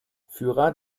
führer